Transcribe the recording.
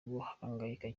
guhangayika